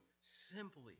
simply